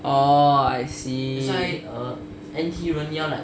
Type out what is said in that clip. oh I see